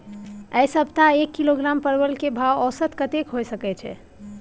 ऐ सप्ताह एक किलोग्राम परवल के भाव औसत कतेक होय सके छै?